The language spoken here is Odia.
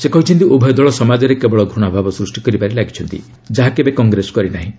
ସେ କହିଛନ୍ତି ଉଭୟ ଦଳ ସମାଜରେ କେବଳ ଘ୍ରଣାଭାବ ସୃଷ୍ଟି କରିବାରେ ଲାଗିଛନ୍ତି ଯାହା କେବେ କଂଗ୍ରେସ କରିନାହିଁ